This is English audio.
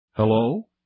Hello